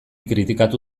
kritikatu